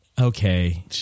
okay